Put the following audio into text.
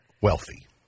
wealthy